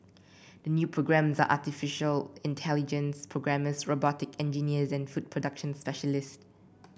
the new programmes are artificial intelligence programmers robotic engineers and food production specialists